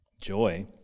Joy